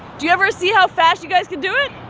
do you ever see how fast you guys can do it?